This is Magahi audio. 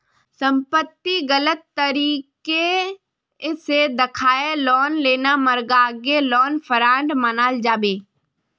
संपत्तिक गलत तरीके से दखाएँ लोन लेना मर्गागे लोन फ्रॉड मनाल जाबे